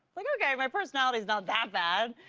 like okay, my personality is not that bad.